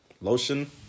lotion